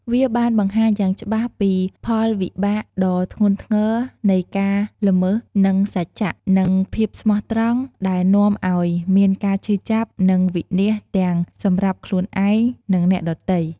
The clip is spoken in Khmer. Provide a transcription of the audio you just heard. វាបានបង្ហាញយ៉ាងច្បាស់ពី ផលវិបាកដ៏ធ្ងន់ធ្ងរនៃការល្មើសនឹងសច្ចៈ និងភាពស្មោះត្រង់ ដែលនាំឲ្យមានការឈឺចាប់ និងវិនាសទាំងសម្រាប់ខ្លួនឯង និងអ្នកដទៃ។